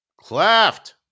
Cleft